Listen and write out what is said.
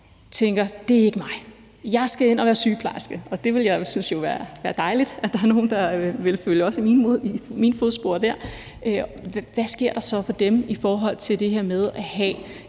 tænker: Det er ikke mig, jeg skal ind og være sygeplejerske – og jeg vil jo synes, det vil være dejligt, at der er nogen, der vil følge i mine fodspor der. Men hvad sker der så for dem i forhold til det her med at have